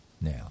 now